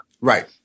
Right